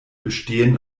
bestehen